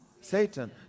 Satan